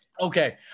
Okay